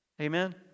Amen